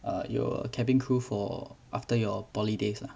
err your cabin crew for after your poly days lah